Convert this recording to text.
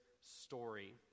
story